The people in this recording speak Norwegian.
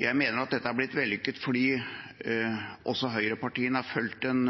jeg mener dette er blitt vellykket fordi også høyrepartiene har fulgt en